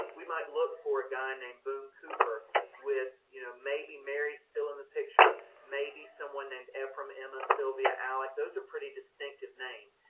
we might look for a guy named boone cooper with, you know, maybe mary's still in the picture, maybe someone named ephraim, emma, sylvia, alec. those are pretty distinctive names.